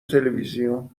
تلویزیون